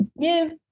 give